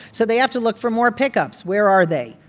so they have to look for more pickups. where are they?